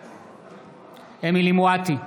בעד אמילי חיה מואטי,